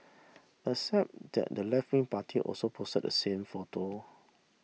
except that the leftwing party also posted the same photo